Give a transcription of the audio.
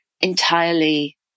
entirely